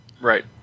Right